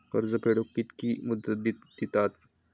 कर्ज फेडूक कित्की मुदत दितात?